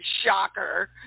Shocker